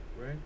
right